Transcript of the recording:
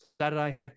Saturday